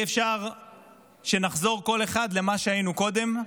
אי-אפשר שנחזור כל אחד למה שהיינו קודם,